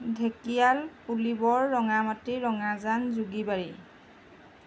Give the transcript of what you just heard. Dhekial Pulibor Rangamati Rangajan Jogibari